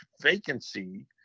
vacancy